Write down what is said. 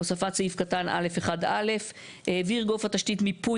הוספת סעיף קטן (א)(1)(א) - "העביר גוף התשית מיפוי